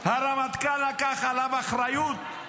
הרמטכ"ל לקח עליו אחריות.